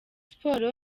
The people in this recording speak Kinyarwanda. sport